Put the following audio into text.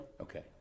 Okay